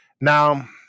Now